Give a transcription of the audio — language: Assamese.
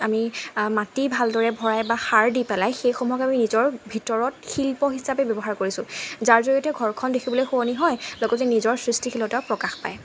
আমি মাটি ভালদৰে ভৰাই বা সাৰ দি পেলাই সেইসমূহক আমি নিজৰ ভিতৰত শিল্প হিচাপে ব্যৱহাৰ কৰিছোঁ যাৰ জৰিয়তে ঘৰখন দেখিবলৈ শুৱনি হয় লগতে নিজৰ সৃষ্টিশীলতাও প্ৰকাশ পায়